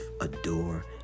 adore